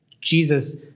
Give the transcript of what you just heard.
Jesus